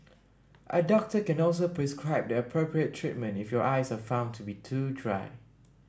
a doctor can also prescribe the appropriate treatment if your eyes are found to be too dry